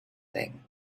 thing